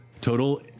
total